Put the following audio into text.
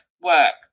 work